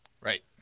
Right